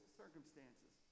circumstances